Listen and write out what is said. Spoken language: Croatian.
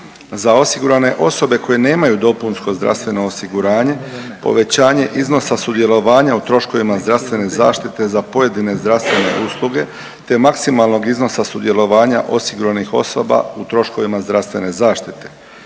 Za osigurane osobe koje nemaju dopunsko zdravstveno osiguranje povećanje iznosa sudjelovanja u troškovima zdravstvene zaštite za pojedine zdravstvene usluge te maksimalnog iznosa sudjelovanja osiguranih osoba u troškovima zdravstvene zaštite,